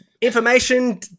Information